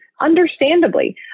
Understandably